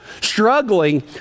Struggling